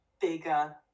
bigger